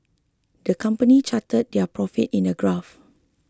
the company charted their profit in a graph